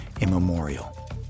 immemorial